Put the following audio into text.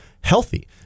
healthy